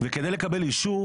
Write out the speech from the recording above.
כדי לקבל אישור,